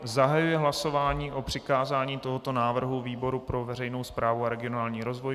Zahajuji hlasování (číslo 29) o přikázání tohoto návrhu výboru pro veřejnou správu a regionální rozvoj.